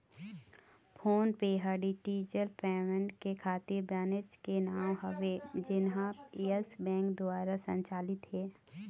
phone पे ह digital payment के खातिर बनेच के नांव हवय जेनहा यस बेंक दुवार संचालित हे